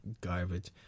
garbage